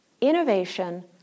innovation